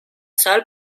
sol